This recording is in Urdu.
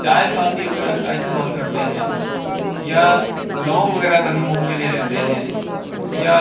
چائے کافی وغیرہ کا استعمال کرتے ہیں یا لونگ وغیرہ کبھی مُنہ میں لے لیتے ہیں یا